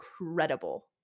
incredible